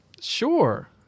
sure